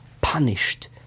punished